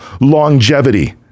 longevity